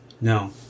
No